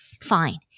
fine